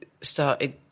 started